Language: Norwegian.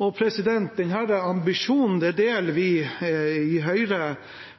Denne ambisjonen deler vi i Høyre.